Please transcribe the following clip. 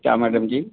क्या मैडम जी